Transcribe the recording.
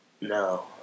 No